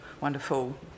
wonderful